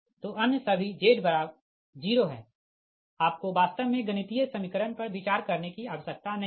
तो अन्य सभी Z 0 है आपको वास्तव मे गणितीय समीकरण पर विचार करने की आवश्यकता नहीं है